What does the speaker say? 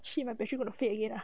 shit my battery gonna fade again ah